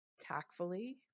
tactfully